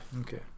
Okay